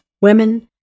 women